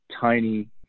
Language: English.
tiny